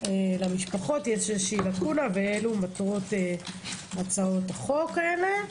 למשפחות יש לקונה ואלו מטרות הצעות החוק האלה.